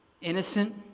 innocent